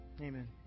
Amen